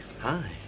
Hi